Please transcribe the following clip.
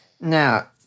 Now